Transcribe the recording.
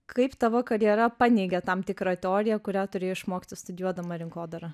kaip tavo karjera paneigia tam tikrą teoriją kurią turėjai išmokti studijuodama rinkodarą